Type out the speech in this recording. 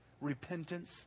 Repentance